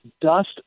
dust